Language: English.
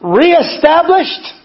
reestablished